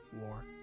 War